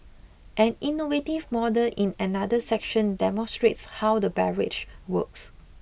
an innovative model in another section demonstrates how the barrage works